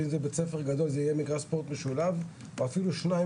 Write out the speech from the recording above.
ואילו לבית-ספר גדול זה יהיה מגרש ספורט משולב או אפילו שניים